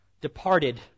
departed